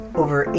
over